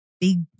big